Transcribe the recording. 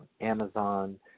Amazon